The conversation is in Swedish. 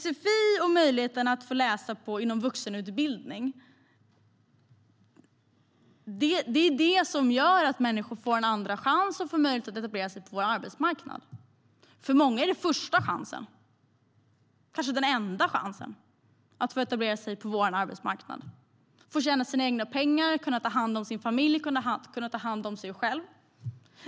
Sfi och möjligheten att få läsa inom vuxenutbildning gör att människor får en andra chans och får möjlighet att etablera sig på arbetsmarknaden. För många är det den första, kanske den enda, chansen att få etablera sig på arbetsmarknaden och få tjäna sina egna pengar och kunna ta hand om sin familj och sig själv.